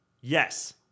Yes